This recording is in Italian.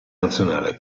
nazionale